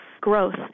growth